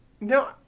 No